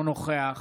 נוכח